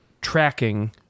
tracking